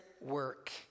work